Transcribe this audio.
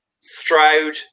Stroud